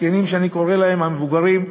שאני קורא להם "המבוגרים",